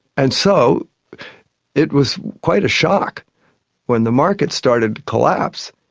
and so it was quite a shock when the market started to collapse,